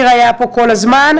הוא היה פה כל הזמן.